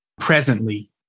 presently